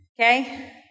Okay